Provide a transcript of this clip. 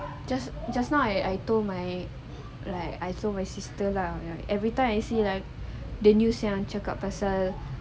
just just now I told my like I told my sister lah ya every time I see like the news like cakap pasal